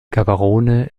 gaborone